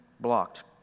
blocked